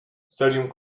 sodium